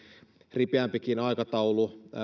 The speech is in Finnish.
ripeämpikin aikataulu